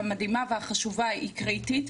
המדהימה והחשובה הוא קריטי,